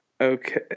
okay